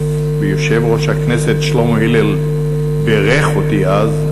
ויושב-ראש הכנסת שלמה הלל בירך אותי אז,